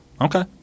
Okay